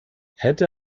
hätte